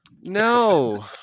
No